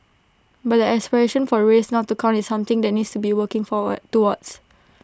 but the aspiration for race not to count is something that needs working forward towards